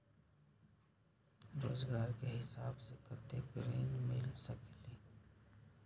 रोजगार के हिसाब से कतेक ऋण मिल सकेलि?